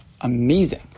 amazing